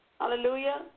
Hallelujah